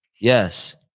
Yes